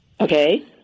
Okay